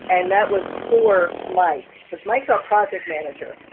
and that was for mike, because mike is our project manager.